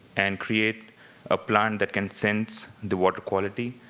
and create a plant that can sense the water quality,